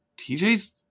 TJ's